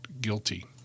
guilty